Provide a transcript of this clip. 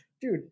dude